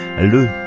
le